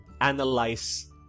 analyze